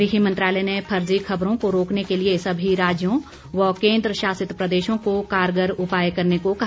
गृह मंत्रालय ने फर्जी खबरों को रोकने के लिए सभी राज्यों व केन्द्र शासित प्रदेशों को कारगर उपाय करने को कहा